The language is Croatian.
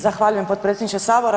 Zahvaljujem potpredsjedniče Sabora.